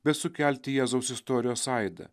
bet sukelti jėzaus istorijos aidą